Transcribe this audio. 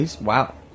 Wow